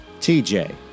TJ